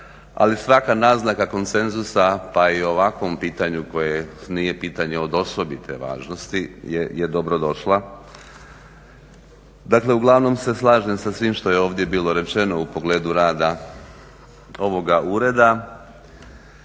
Ali svaka naznaka konsenzusa pa i o ovakvom pitanju koje nije pitanje od osobite važnosti je dobrodošla. Dakle uglavnom se slažem sa svim što je ovdje bilo rečeno u pogledu rada ovoga ureda.